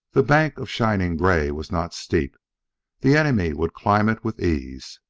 the bank of shining gray was not steep the enemy would climb it with ease.